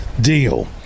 deal